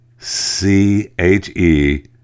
C-H-E